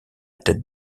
tête